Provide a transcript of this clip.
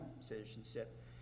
citizenship